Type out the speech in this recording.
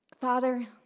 Father